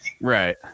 Right